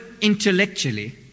intellectually